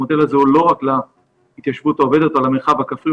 המודל הזה הוא לא רק להתיישבות העובדת או למרחב הכפרי,